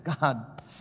God